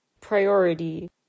Priority